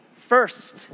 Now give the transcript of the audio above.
first